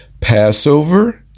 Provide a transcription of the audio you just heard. Passover